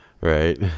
right